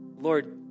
Lord